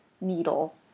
needle